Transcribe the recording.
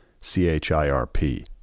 C-H-I-R-P